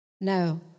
no